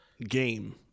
game